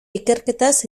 ikerketaz